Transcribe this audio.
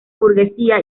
burguesía